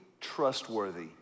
trustworthy